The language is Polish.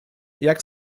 jak